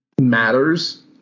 matters